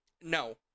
No